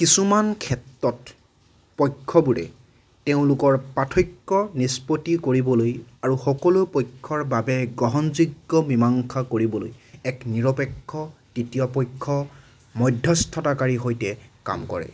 কিছুমান ক্ষেত্ৰত পক্ষবোৰে তেওঁলোকৰ পাৰ্থক্য নিষ্পত্তি কৰিবলৈ আৰু সকলো পক্ষৰ বাবে গ্ৰহণযোগ্য মিমাংসা কৰিবলৈ এক নিৰপেক্ষ তৃতীয় পক্ষৰ মধ্যস্থতাকাৰীৰ সৈতে কাম কৰে